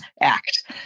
act